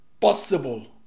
Possible